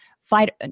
fight